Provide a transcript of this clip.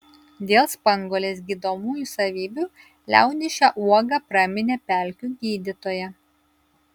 dėl spanguolės gydomųjų savybių liaudis šią uogą praminė pelkių gydytoja